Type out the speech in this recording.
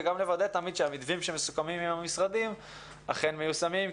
וגם לוודא תמיד שהמתווים שמסוכמים עם המשרדים אכן מיושמים,